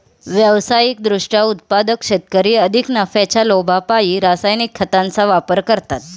व्यावसायिक दृष्ट्या उत्पादक शेतकरी अधिक नफ्याच्या लोभापायी रासायनिक खतांचा वापर करतात